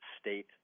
State